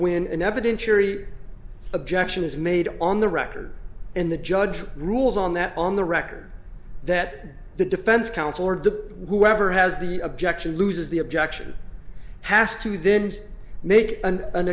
when an evidentiary objection is made on the record and the judge rules on that on the record that the defense counsel or de whoever has the objection loses the objection has to then make an